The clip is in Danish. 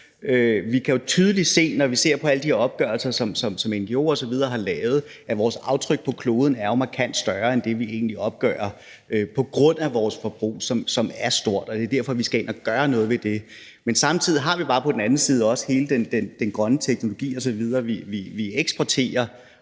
Vi kan jo tydeligt se, når vi ser på alle de opgørelser, som ngo'er osv. har lavet, at vores aftryk på kloden er markant større end det, vi egentlig opgør, på grund af vores forbrug, som er stort. Det er derfor, vi skal ind at gøre noget ved det. Men samtidig har vi bare på den anden side også hele den grønne teknologi osv., som vi eksporterer,